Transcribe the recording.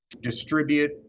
distribute